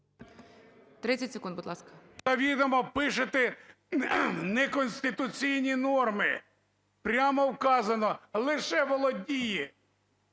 30 секунд, будь ласка.